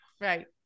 right